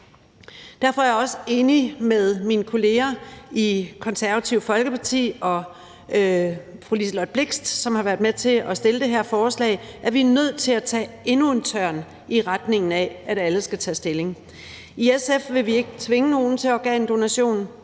Derfor er jeg også enig med mine kolleger i Det Konservative Folkeparti og fru Liselott Blixt, som har været med til at fremsætte det her forslag, i, at vi er nødt til at tage endnu en tørn i retning af, at alle skal tage stilling. I SF vil vi ikke tvinge nogen til organdonation,